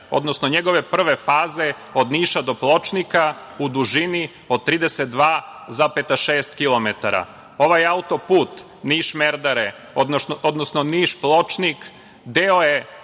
odnosno njegove prve faze od Niša do Pločnika, u dužini od 32,6 kilometara. Ovaj auto-put Niš-Merdare, odnosno Niš-Pločnik, deo je